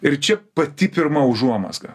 ir čia pati pirma užuomazga